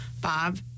Bob